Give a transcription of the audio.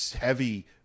heavy